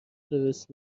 درست